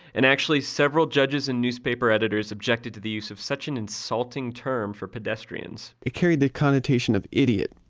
and actually, several judges and newspaper editors objected to the use of such an insulting term for pedestrians it carried the connotation of idiot.